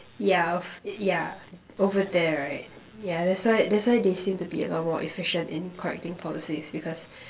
yeah ov~ yeah over there right yeah that's why that's why they seem to be a lot more efficient in correcting policies because